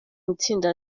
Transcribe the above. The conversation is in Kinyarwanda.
itsinda